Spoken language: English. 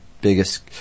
biggest